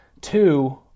Two